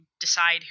decide